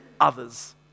others